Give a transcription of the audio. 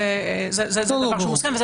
זה דבר שמוסכם.